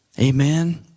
amen